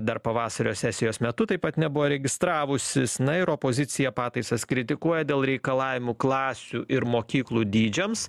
dar pavasario sesijos metu taip pat nebuvo registravusis na ir opozicija pataisas kritikuoja dėl reikalavimų klasių ir mokyklų dydžiams